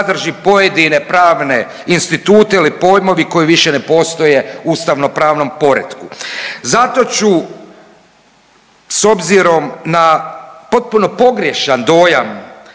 pojedine pravne institute ili pojmovi koji više ne postoje u ustavno-pravnom poretku. Zato ću s obzirom na potpuno pogrešan dojam